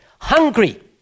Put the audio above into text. Hungry